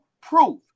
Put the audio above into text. proof